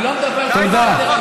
אני לא מדבר על כל סדר-היום,